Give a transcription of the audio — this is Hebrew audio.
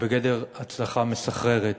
יהיה בגדר הצלחה מסחררת,